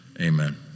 Amen